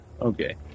okay